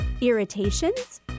Irritations